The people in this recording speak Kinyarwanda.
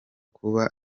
kuba